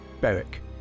Beric